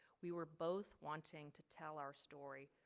we were both wanting to tell our story,